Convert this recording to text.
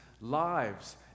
lives